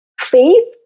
faith